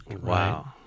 Wow